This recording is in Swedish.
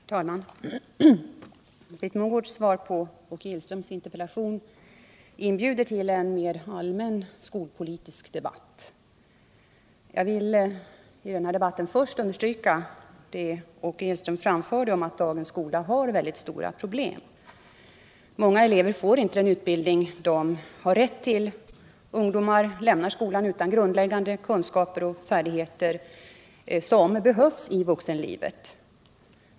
Herr talman! Britt Mogårds svar på Åke Gillströms interpellation inbjuder till en mera allmän skolpolitisk debatt. Jag vill först understryka vad Åke Gillström anförde, nämligen att dagens skola har mycket stora problem. Många elever får inte den utbildning de har rätt till. Ungdomar lämnar skolan utan de grundläggande kunskaper och färdigheter som behövs i vuxenlivet.